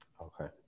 Okay